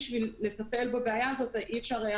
בשביל לטפל בבעיה הזאת אי אפשר היה